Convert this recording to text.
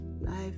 Life